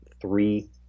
three